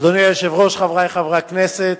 אדוני היושב-ראש, חברי חברי הכנסת,